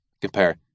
compare